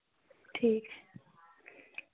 ठीक है